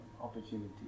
opportunity